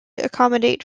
accommodate